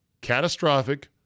catastrophic